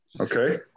Okay